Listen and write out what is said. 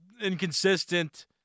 inconsistent